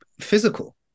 physical